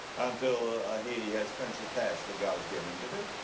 until, ah, he has finished the task that god has given him to do.